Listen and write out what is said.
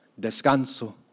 descanso